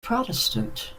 protestant